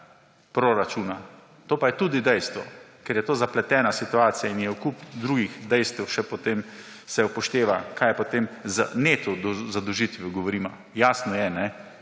proračun. To pa je tudi dejstvo, ker je to zapletene situacija in je še kup drugih dejstev. Potem se upošteva, kaj je potem z neto zadolžitvijo, govorimo. Jasno je, ko